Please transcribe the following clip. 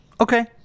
Okay